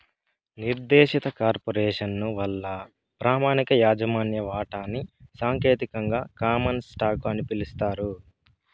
నిర్దేశిత కార్పొరేసను వల్ల ప్రామాణిక యాజమాన్య వాటాని సాంకేతికంగా కామన్ స్టాకు అని పిలుస్తారు